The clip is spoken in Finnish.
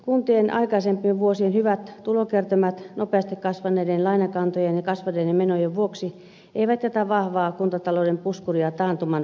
kuntien aikaisempien vuosien hyvät tulokertymät eivät jätä nopeasti kasvaneiden lainakantojen ja kasvaneiden menojen vuoksi vahvaa kuntatalouden puskuria taantuman varalle